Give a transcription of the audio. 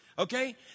Okay